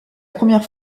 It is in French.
première